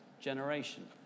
generation